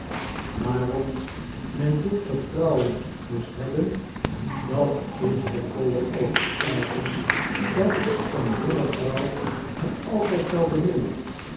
waarom men dit vertrouwen moest hebben dat is de volle overtuiging dat zijn jonge vrouw hem altijd zou